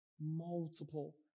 Multiple